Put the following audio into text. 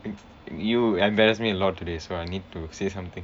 you embarrassed me a lot today so I need to say something